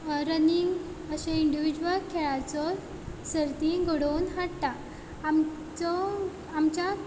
running अशें individual खेळाचो सर्ती घडोवन हाडटा आमचो आमच्या